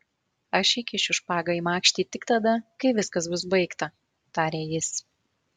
aš įkišiu špagą į makštį tik tada kai viskas bus baigta tarė jis